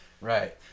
Right